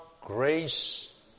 grace